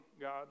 god